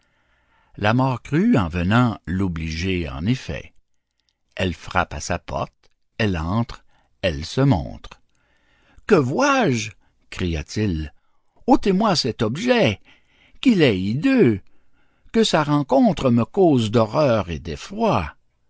la mort crut en venant l'obliger en effet elle frappe à sa porte elle entre elle se montre que vois-je cria-t-il ôtez-moi cet objet qu'il est hideux que sa rencontre me cause d'horreur et d'effroi